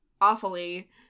awfully